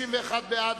מי